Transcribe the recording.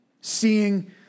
seeing